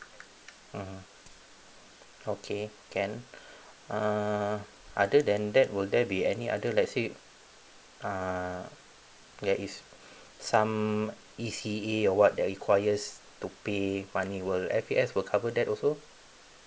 mmhmm okay uh other than that will there be any other lets say uh there is some E_C_E or what that requires to pay money will F_A_S will cover that also